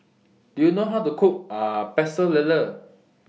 Do YOU know How to Cook Pecel Lele